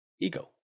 ego